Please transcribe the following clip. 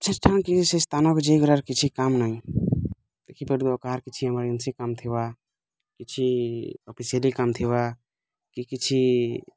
ସେ ସ୍ଥାନ୍ କେ ସେ ସ୍ଥାନକୁ ଯିଇକାର କିଛି କାମ ନାଇ ଦେଖି ପାରୁଥିବ କାହାର କିଛି ଏମର୍ଜେନ୍ସି କାମ ଥିବା କିଛି ଅଫିସିଆଲି କାମ୍ ଥିବା କି କିଛି